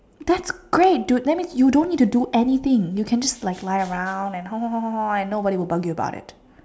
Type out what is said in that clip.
that's great dude that means you don't need to do anything you can just lie around and hor hor hor hor and nobody will bug you about it